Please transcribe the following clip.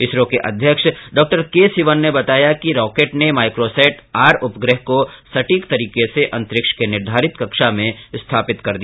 इसरो के अध्यक्ष डॉ के सिवन ने बताया कि रॉकेट ने माइकोसेट आर उपग्रह को सटिक तरीके से अंतरिक्ष के निर्धारित कक्षा में स्थापित किया